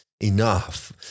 enough